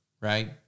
right